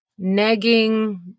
negging